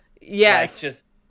Yes